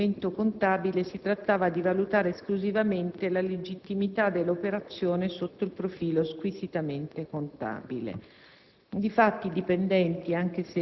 dal momento che nell'esaminare il documento contabile si trattava di valutare esclusivamente la legittimità dell'operazione sotto il profilo squisitamente contabile.